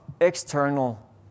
external